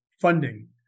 funding